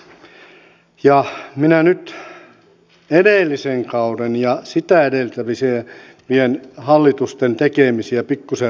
ja minä nyt edellisen kauden ja sitä edeltävien hallitusten tekemisiä pikkusen ruodin tässä